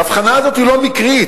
ההבחנה הזאת היא לא מקרית,